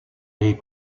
les